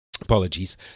Apologies